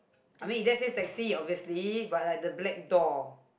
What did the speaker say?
I mean it just says taxi obviously but like the black door